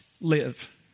live